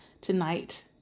tonight